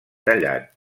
tallat